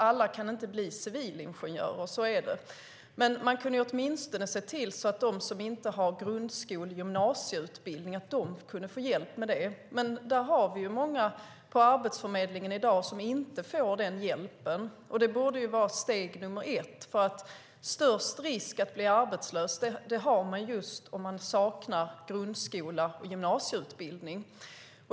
Alla kan inte bli civilingenjörer; så är det. Men man kunde ju åtminstone se till att de som inte har grundskole och gymnasieutbildning fick hjälp med det, men vi har många på Arbetsförmedlingen i dag som inte får den hjälpen. Det borde vara steg nummer ett, för störst risk att bli arbetslös har man just om man saknar grundskola och gymnasieutbildning.